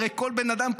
הרי כל בן אדם,